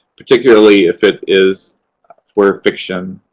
particularly if it is for fiction.